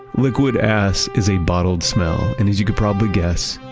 liquid ass is a bottled smell and as you could probably guess,